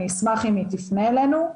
ואני אשמח אם היא תפנה אלינו.